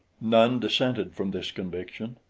none dissented from this conviction,